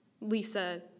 Lisa